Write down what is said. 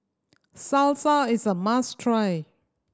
salsa is a must try